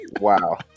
Wow